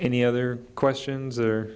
any other questions or